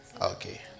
Okay